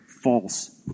false